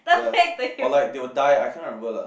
ya or like they'll die I cannot remember lah